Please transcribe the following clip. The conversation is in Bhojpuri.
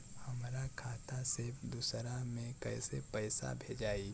हमरा खाता से दूसरा में कैसे पैसा भेजाई?